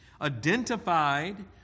identified